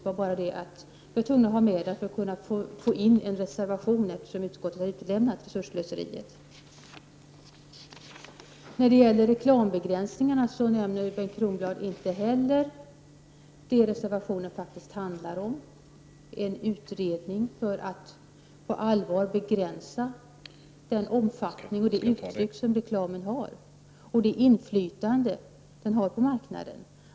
Vi var tvungna att ta med den för att kunna lägga en reservation, eftersom utskottet har utelämnat frågan om resursslöseriet. När det gäller reklambegränsningarna nämner Bengt Kronblad inte vad reservationen faktiskt handlar om: en utredning för att på allvar begränsa reklamens omfattning och utbud och dess inflytande på marknaden.